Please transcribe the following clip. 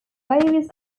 various